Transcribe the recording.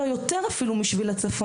אולי אף יותר משביל הצפון.